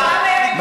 אתה מתנשא.